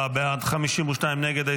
44 בעד, 52 נגד.